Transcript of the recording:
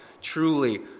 truly